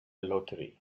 lottery